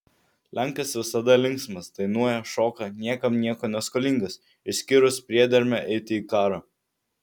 lenkas visada linksmas dainuoja šoka niekam nieko neskolingas išskyrus priedermę eiti į karą